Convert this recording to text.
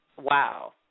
wow